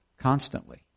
constantly